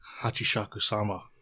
Hachishaku-sama